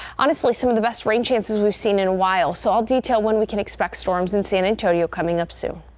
honestly, some of the best rain chances we've seen in a while so i'll detail when we can expect storms in san antonio coming up soon.